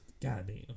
Goddamn